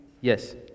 Yes